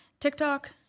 tiktok